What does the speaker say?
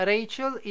Rachel